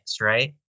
right